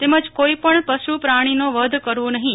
તેમજ કોઈપણ પશુ પ્રાણીનો વધ કરવો નહીં